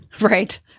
Right